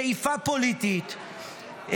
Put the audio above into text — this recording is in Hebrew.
שאיפה פוליטית,